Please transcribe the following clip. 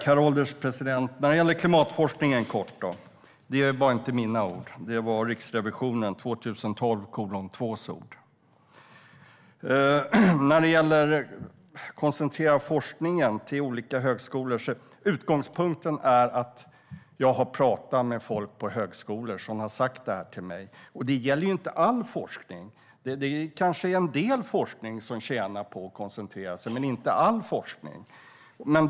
Herr ålderspresident! När det gäller klimatforskningen ska jag kort säga att det inte var mina ord - det var orden i Riksrevisionens rapport 2012:2. När det gäller att koncentrera forskningen till olika högskolor är utgångspunkten att jag har pratat med folk på högskolor, och de har sagt detta till mig. Det gäller inte all forskning. En del forskning kanske tjänar på att koncentreras, men inte all forskning.